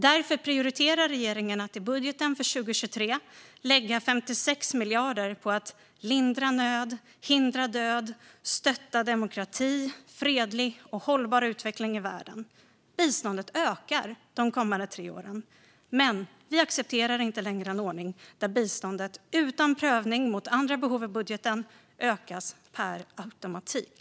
Därför prioriterar regeringen att i budgeten för 2023 lägga 56 miljarder på att lindra nöd, hindra död och stötta demokrati och fredlig och hållbar utveckling i världen. Biståndet ökar de kommande tre åren. Men vi accepterar inte längre en ordning där biståndet utan prövning mot andra behov i budgeten ökas per automatik.